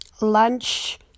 lunch